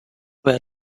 were